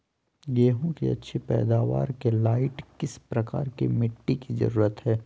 गेंहू की अच्छी पैदाबार के लाइट किस प्रकार की मिटटी की जरुरत है?